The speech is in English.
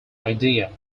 idea